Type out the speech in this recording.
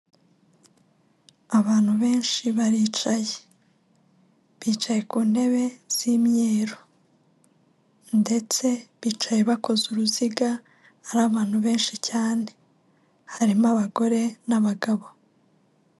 Abantu benshi baricaye bicaye ku ntebe z'iyeru ndetse bicaye bakoze uruziga ari abantu benshi cyane harimo abagore n'abagabo.